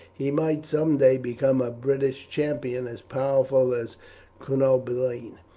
he might some day become a british champion as powerful as cunobeline,